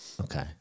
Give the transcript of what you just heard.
okay